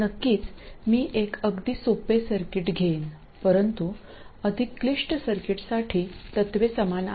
नक्कीच मी एक अगदी सोपे सर्किट घेईन परंतु अधिक क्लिष्ट सर्किट्ससाठी तत्त्वे समान आहेत